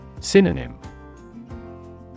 Synonym